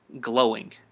glowing